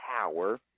power